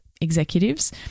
executives